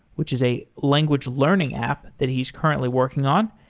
which is a language learning app that he's currently working on.